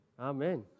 Amen